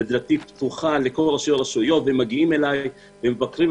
ודלתי פתוחה לכל ראשי הרשויות ומגיעים אלי ומבקרים אותי.